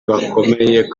bakomeye